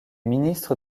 ministre